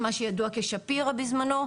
מה שידוע כשפירא בזמנו.